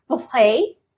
play